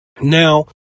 now